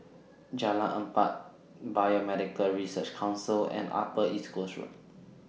Jalan Empat Biomedical Research Council and Upper East Coast Road